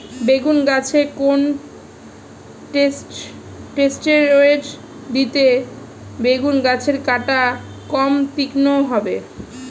বেগুন গাছে কোন ষ্টেরয়েড দিলে বেগু গাছের কাঁটা কম তীক্ষ্ন হবে?